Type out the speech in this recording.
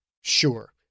Sure